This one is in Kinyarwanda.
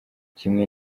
kimwe